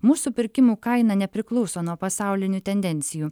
mūsų pirkimų kaina nepriklauso nuo pasaulinių tendencijų